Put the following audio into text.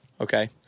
okay